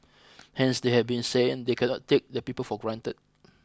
hence they have been saying they cannot take the people for granted